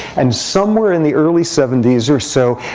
and somewhere in the early seventy s or so,